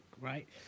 right